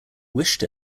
wished